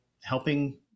helping